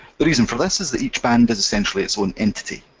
the reason for this is that each band is essentially its own entity.